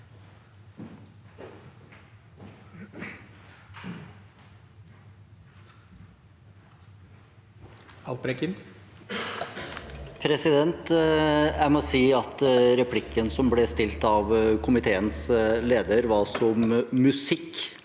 Jeg må si at re- plikken som ble stilt av komiteens leder, var som musikk